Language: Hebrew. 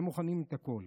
בשביל זה מוכנים את הכול.